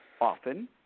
often